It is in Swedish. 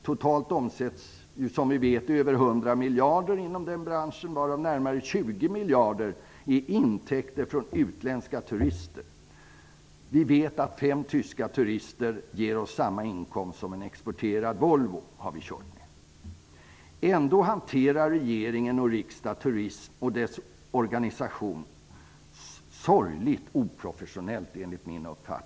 Totalt omsätts över 100 miljarder inom den branschen, varav närmare 20 miljarder är intäkter från utländska turister. Vi brukar säga att fem tyska turister ger Sverige samma inkomst som en exporterad Volvo. Ändå hanterar regering och riksdag turismen och dess organisation sorgligt oprofessionellt.